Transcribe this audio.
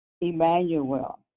Emmanuel